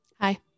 hi